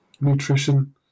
nutrition